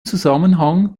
zusammenhang